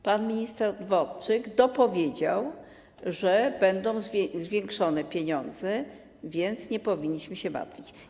Pan minister Dworczyk dopowiedział, że będą zwiększone pieniądze, więc nie powinniśmy się martwić.